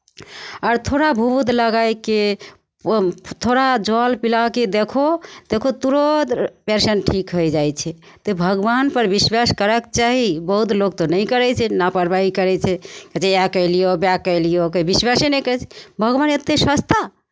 आर थोड़ा भभूत लगाय कऽ ओ थोड़ा जल पिला कऽ देखौ देखौ तुरन्त पेशेंट ठीक होइ जाइ छै तऽ भगवानपर विश्वास करयके चाही बहुत लोक तऽ नहि करै छै लापरवाही करै छै जे इएह केलियौ उएह केलियौ कोइ विश्वासे नहि करै छै भगवान एतेक सस्ता